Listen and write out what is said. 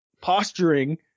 Posturing